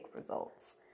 results